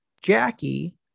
Jackie